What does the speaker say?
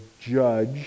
judge